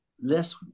less